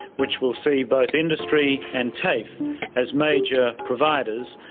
which will see both industry and tafe as major providers,